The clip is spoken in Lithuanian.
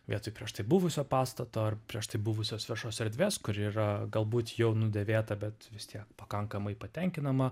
vietoj prieš tai buvusio pastato ar prieš tai buvusios viešos erdvės kuri yra galbūt jau nudėvėta bet vis tiek pakankamai patenkinama